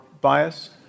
bias